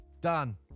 done